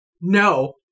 no